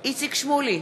איציק שמולי,